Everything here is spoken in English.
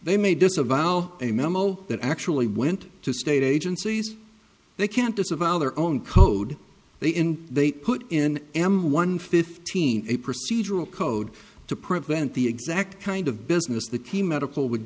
they may disavow a memo that actually went to state agencies they can't disavow their own code they in they put in am one fifteen a procedural code to prevent the exact kind of business the key medical would